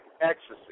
ecstasy